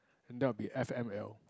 and that will be F_M_L